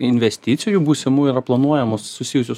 investicijų būsimųjų yra planuojamos susijusios